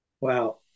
Wow